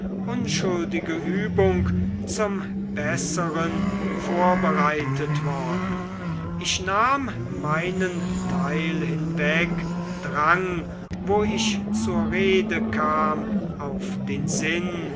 unschuldige übung zum bessern vorbereitet worden ich nahm meinen teil hinweg drang wo ich zur rede kam auf den sinn